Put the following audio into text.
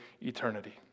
eternity